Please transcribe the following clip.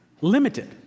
limited